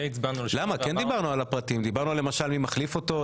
למה כן דיברנו על הפרטים, למשל מי מחליף אותו?